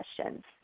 questions